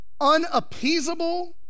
unappeasable